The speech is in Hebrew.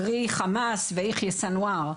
קרי חמאס ויחיא סינוואר.